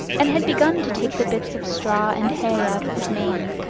and had begun to take the bits of straw and hay out of his mane,